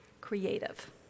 creative